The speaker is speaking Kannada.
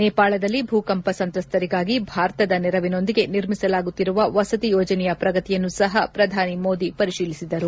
ನೇಪಾಳದಲ್ಲಿ ಭೂಕಂಪ ಸಂತ್ರಸ್ತರಿಗಾಗಿ ಭಾರತದ ನೆರವಿನೊಂದಿಗೆ ನಿರ್ಮಿಸಲಾಗುತ್ತಿರುವ ವಸತಿ ಯೋಜನೆಯ ಪ್ರಗತಿಯನ್ನು ಸಹ ಪ್ರಧಾನಿ ಮೋದಿ ಪರಿತೀಲಿಸಿದರು